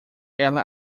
ela